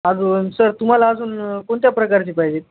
अजून सर तुम्हाला अजून कोणत्या प्रकारची पाहिजे